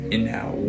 Inhale